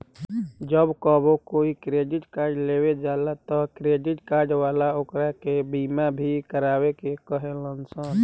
जब कबो कोई क्रेडिट कार्ड लेवे जाला त क्रेडिट कार्ड वाला ओकरा के बीमा भी करावे के कहे लसन